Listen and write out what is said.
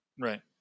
right